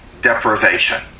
deprivation